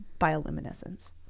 bioluminescence